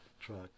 truck